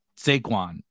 Saquon